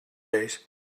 days